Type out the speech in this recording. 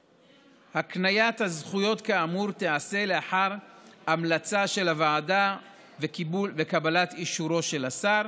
הקניית הזכויות כאמור תיעשה לאחר המלצה של הוועדה וקבלת אישורו של השר,